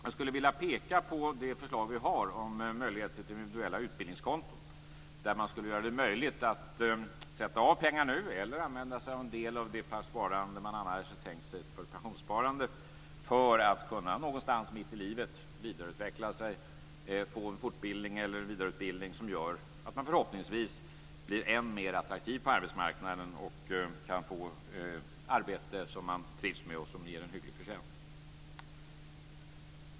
Jag skulle vilja peka på det förslag vi har om möjligheter till individuella utbildningskonton, där man skulle ha möjlighet att sätta av pengar nu eller använda sig av en del av det sparande man annars hade tänkt sig för pensionssparande, för att någonstans mitt i livet kunna vidareutveckla sig, få en fortbildning eller vidareutbildning som gör att man förhoppningsvis blir än mer attraktiv på arbetsmarknaden och kan få arbete som man trivs med och som ger en hygglig förtjänst.